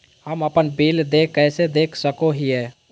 हम अपन बिल देय कैसे देख सको हियै?